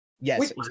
Yes